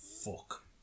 fuck